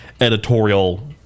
editorial